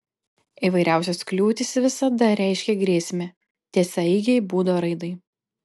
įvairiausios kliūtys visada reiškia grėsmę tiesiaeigei būdo raidai